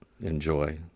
enjoy